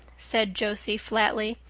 said josie flatly.